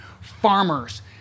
Farmers